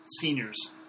Seniors